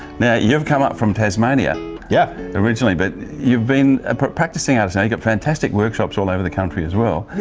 now you've come up from tasmania yep. originally, but you've been a practising artist, now you've got fantastic workshops all over the country as well.